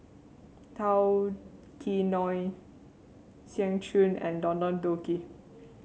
Tao Kae Noi Seng Choon and Don Don Donki